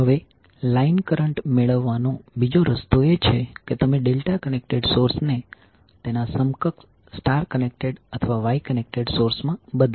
હવે line current મેળવવાનો બીજો રસ્તો એ છે કે તમે ડેલ્ટા કનેક્ટેડ સોર્સને તેના સમકક્ષ સ્ટાર કનેક્ટેડ અથવા Y કનેક્ટેડ સોર્સમાં બદલો